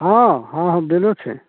हँ हँ हँ बेलो छै